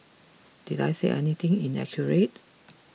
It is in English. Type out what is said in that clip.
did I say anything inaccurate